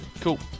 cool